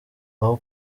aho